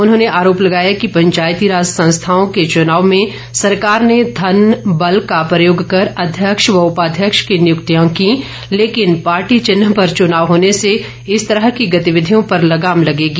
उन्होंने आरोप लगाया कि पंचायतीय राज संस्थाओं के चुनाव में सरकार ने धन बल का प्रयोग कर अध्यक्ष व उपाध्यक्ष की नियुक्तियां की लेकिन पार्टी चिन्ह पर चुनाव होने से इस तरह की गतिविधियों पर लगाम लेगेगी